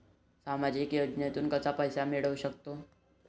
सामाजिक योजनेतून कसा पैसा मिळू सकतो?